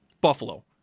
Buffalo